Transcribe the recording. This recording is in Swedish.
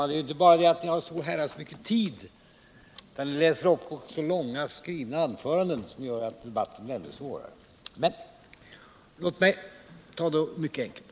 Herr talman! Ni har inte bara så oherrans mycket tid utan ni läser också upp långa skrivna anföranden som gör att debatten blir ännu svårare. Men låt mig ta det mycket enkelt.